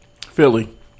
Philly